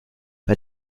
bei